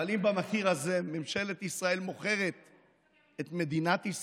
אבל אם במחיר הזה ממשלת ישראל מוכרת את מדינת ישראל,